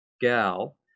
gal